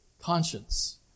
Conscience